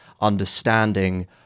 understanding